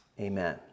Amen